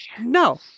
no